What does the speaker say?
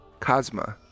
cosma